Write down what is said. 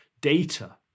data